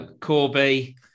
Corby